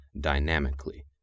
dynamically